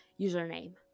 username